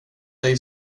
dig